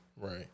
Right